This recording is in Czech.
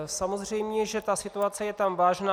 Samozřejmě že situace je tam vážná.